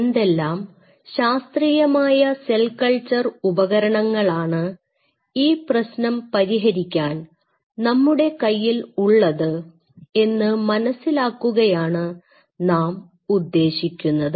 എന്തെല്ലാം ശാസ്ത്രീയമായ cell culture ഉപകരണങ്ങളാണ് ഈ പ്രശ്നം പരിഹരിക്കാൻ നമ്മുടെ കയ്യിൽ ഉള്ളത് എന്ന് മനസ്സിലാക്കുകയാണ് നാം ഉദ്ദേശിക്കുന്നത്